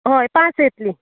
हय पांच येतली